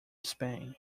spain